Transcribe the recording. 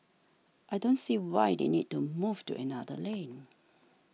I don't see why they need to move to another lane